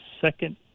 second